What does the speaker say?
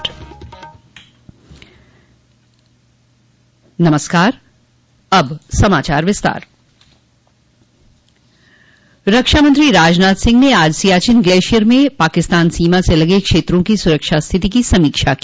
रक्षा मंत्री राजनाथ सिंह ने आज सियाचिन ग्लेशियर में पाकिस्तान सीमा से लगे क्षेत्रों की सुरक्षा स्थिति की समीक्षा की